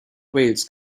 wales